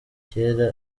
cyera